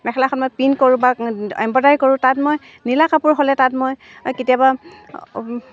মেখেলাখন মই প্ৰিন্ট কৰোঁ বা এম্ব্ৰইডাৰী কৰোঁ তাত মই নীলা কাপোৰ হ'লে তাত মই কেতিয়াবা